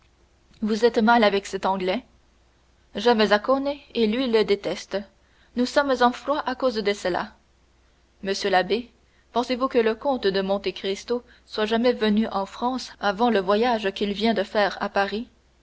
vous êtes mal avec cet anglais j'aime zaccone et lui le déteste nous sommes en froid à cause de cela monsieur l'abbé pensez-vous que le comte de monte cristo soit jamais venu en france avant le voyage qu'il vient de faire à paris